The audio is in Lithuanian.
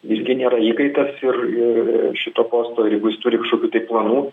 jis gi nėra įkaitas ir ir šito posto jeigu jis turi kažkokių planų